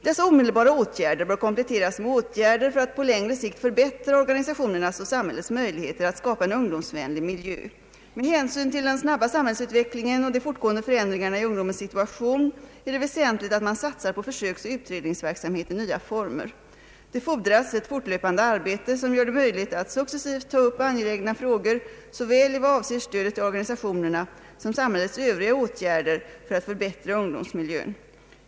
Dessa omedelbara åtgärder bör kompletteras med åtgärder för att på längre sikt förbättra organisationernas och samhällets möjligheter att skapa en ungdomsvänlig miljö. Med hänsyn till den snabba samhällsutvecklingen och de fortgående förändringarna i ungdomens situation är det väsentligt att man satsar på försöksoch utredningsverksamhet i nya former. Det fordras ett fortlöpande arbete som gör det möjligt att successivt ta upp angelägna frågor såväl i vad avser stödet till organisationerna som samhällets övriga åtgärder för att förbättra ungdomsmiljön.